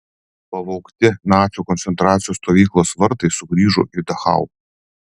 pavogti nacių koncentracijos stovyklos vartai sugrįžo į dachau